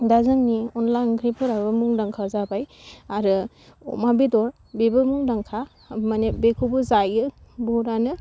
दा जोंनि अनला ओंख्रिफोराबो मुंदांखा जाबाय आरो अमा बेदर बेबो मुंदांखा मानि बेखौबो जायो बहुथआनो